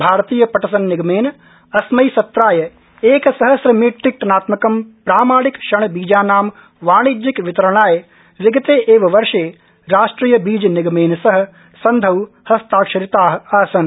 भारतीय पटसन निगमेन अस्मै सत्राय एकसहम्र मिट्रिक टनात्मकं प्रामाणिक शण बीजानां वाणिज्यिक वितरणाय विगते एव वर्षे राष्ट्रिय बीज निगमेन सह सन्धौ हस्ताक्षरिता आसन्